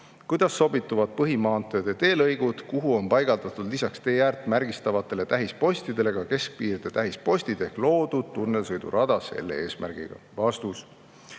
Kuidas sobituvad põhimaanteede teelõigud, kuhu on paigaldatud lisaks teeäärt märgistavatele tähispostidele ka keskpiirde tähispostid ehk loodud nö tunnelsõidurada selle eesmärgiga?"